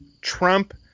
Trump